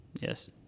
Yes